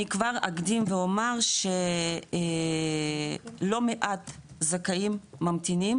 אני כבר אקדים ואומר שלא מעט זכאים ממתינים,